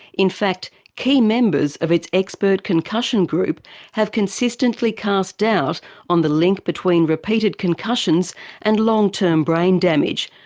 in fact key members of its expert concussion group have consistently cast doubt on the link between repeated concussions and long-term brain damage,